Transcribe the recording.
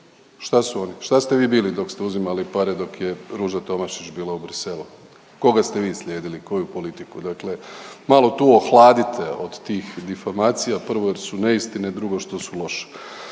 Šta su oni? Šta ste vi bili dok ste uzimali pare dok je Ruža Tomašić bila u Bruxellesu? Koga ste vi slijedili? Koju politiku? Dakle, malo tu ohladite od tih difamacija prvo jer su neistine, drugo što su loše.